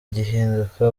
igihinduka